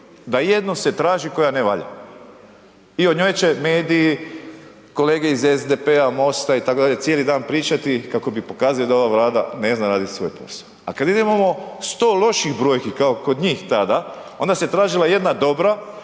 da jedino se traži koja ne valja i o njoj će mediji, kolege iz SDP-a, MOST-a itd., cijeli dan pričati kako bi pokazali da ova Vlada ne zna raditi svoj posao a kad imamo 100 loših brojki kao njih tada, onda se tražila jedna dobra